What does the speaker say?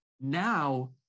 Now